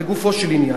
לגופו של עניין,